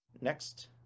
next